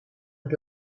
het